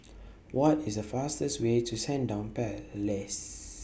What IS The fastest Way to Sandown Palace